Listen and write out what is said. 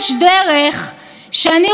כשיש לי ביקורת על הפסיקה,